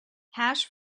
hash